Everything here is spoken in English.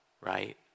Right